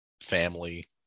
family